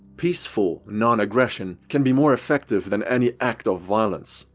peaceful non-aggression can be more effective, than any act of violence.